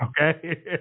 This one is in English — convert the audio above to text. Okay